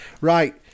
Right